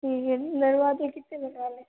ठीक है दरवाज़े कितने बनवाने हैं